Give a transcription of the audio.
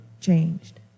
changed